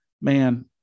man